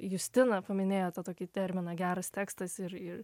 justina paminėjo tą tokį terminą geras tekstas ir ir